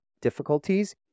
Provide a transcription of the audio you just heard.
difficulties